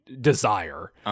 desire